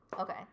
Okay